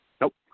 Nope